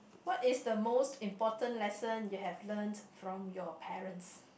what is the most important lesson you have learnt from your parents